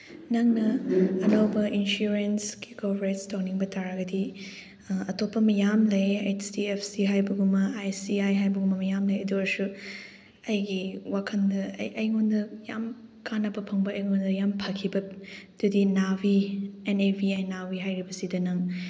ꯅꯪꯅ ꯑꯅꯧꯕ ꯏꯟꯁꯨꯔꯦꯟꯁꯀꯤ ꯀꯣꯚꯔꯦꯁ ꯇꯧꯅꯤꯡꯕ ꯇꯥꯔꯒꯗꯤ ꯑꯇꯣꯞꯄ ꯃꯌꯥꯝ ꯂꯩꯌꯦ ꯍꯩꯆ ꯗꯤ ꯑꯦꯐ ꯁꯤ ꯍꯥꯏꯕ ꯑꯃ ꯑꯥꯏ ꯁꯤ ꯑꯥꯏ ꯍꯥꯏꯕ ꯑꯃ ꯃꯌꯥꯝ ꯂꯩ ꯑꯗꯨ ꯑꯣꯏꯔꯁꯨ ꯑꯩꯒꯤ ꯋꯥꯈꯜꯗ ꯑꯩꯉꯣꯟꯗ ꯌꯥꯝ ꯀꯥꯅꯕ ꯐꯪꯕ ꯑꯩꯉꯣꯟꯗ ꯌꯥꯝ ꯐꯈꯤꯕ ꯇꯨꯗꯤ Navi N A V I Navi ꯍꯥꯏꯔꯤꯕꯁꯤꯗ ꯅꯪ